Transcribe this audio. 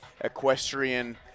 equestrian